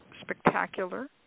spectacular